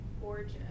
gorgeous